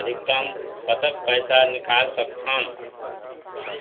अधिकतम कतक पैसा निकाल सकथन?